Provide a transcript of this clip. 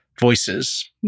voices